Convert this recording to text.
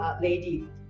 lady